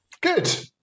Good